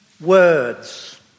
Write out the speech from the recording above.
words